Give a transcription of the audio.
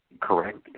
correct